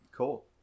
Cool